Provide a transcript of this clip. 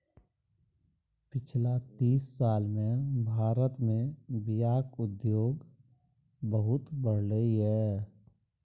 पछिला तीस साल मे भारत मे बीयाक उद्योग बहुत बढ़लै यै